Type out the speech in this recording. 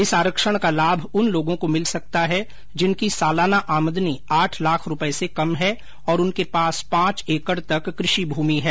इस आरक्षण का लाभ उन लोगों को मिल सकता है जिनकी सालाना आमदनी आठ लाख रुपये से कम है और उनके पास पांच एकड़ तक कृषि भूमि है